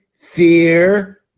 fear